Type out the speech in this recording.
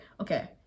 okay